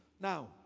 Now